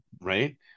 Right